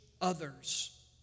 others